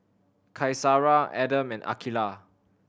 Qaisara Adam and Aqilah